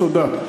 תודה.